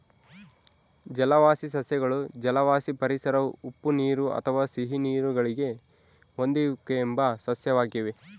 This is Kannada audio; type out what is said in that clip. ಜಲವಾಸಿ ಸಸ್ಯಗಳು ಜಲವಾಸಿ ಪರಿಸರ ಉಪ್ಪುನೀರು ಅಥವಾ ಸಿಹಿನೀರು ಗಳಿಗೆ ಹೊಂದಿಕೆಂಬ ಸಸ್ಯವಾಗಿವೆ